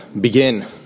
begin